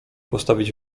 postawić